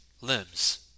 limbs